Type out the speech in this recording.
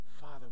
Father